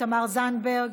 תמר זנדברג,